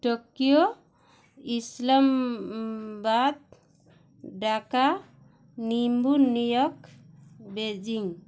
Tokyo Islamabad Dhaka ନିମ୍ବୁନିଅକ Beijing